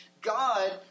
God